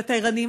לתיירנים.